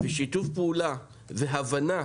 שיתוף פעולה והבנה,